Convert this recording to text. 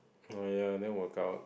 oh ya didn't work out